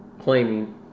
claiming